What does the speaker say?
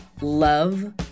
love